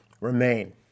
Remain